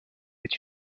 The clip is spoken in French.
est